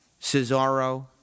Cesaro